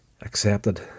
accepted